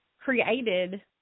created